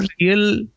real